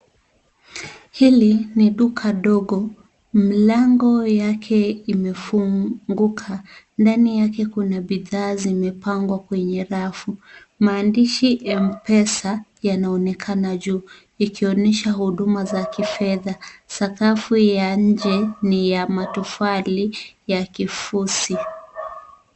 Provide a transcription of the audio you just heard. Hili ni duka dogo. Mlango yake umenguka. Ndani yake kuna bidhaa zimepangwa kwenye rafu. Maandishi mpesa yanaonekana juu ikionyesha huduma za kifedha. Sakafu ya nje ni ya madhofali ya kifusi.